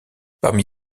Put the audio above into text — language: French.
parmi